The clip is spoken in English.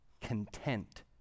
content